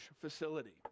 facility